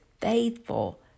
faithful